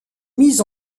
mis